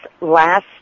last